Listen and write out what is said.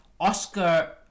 Oscar